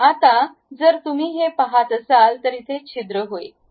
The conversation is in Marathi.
आता जर तुम्ही ते पहात असाल तर इथे छिद्र होईल